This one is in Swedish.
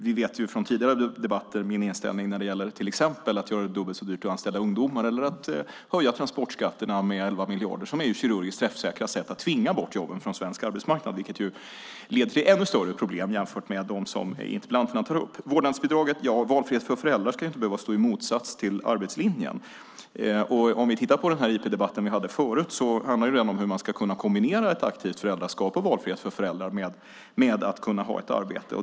Vi vet från tidigare debatter min inställning till att till exempel göra det dubbelt så dyrt att anställa ungdomar eller höja transportskatterna med 11 miljarder. Det är kirurgiskt träffsäkra sätt att tvinga bort jobben från svensk arbetsmarknad, vilket leder till ännu större problem än dem interpellanterna tar upp. När det gäller vårdnadsbidraget ska inte valfrihet för föräldrar behöva stå i motsats till arbetslinjen. Interpellationsdebatten vi hade förut handlade om hur man ska kunna kombinera ett aktivt föräldraskap och valfrihet för föräldrar med att kunna ha ett arbete.